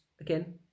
again